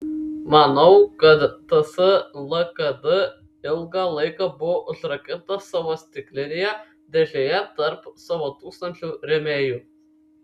manau kad ts lkd ilgą laiką buvo užrakinta savo stiklinėje dėžėje tarp savo tūkstančių rėmėjų